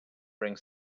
bring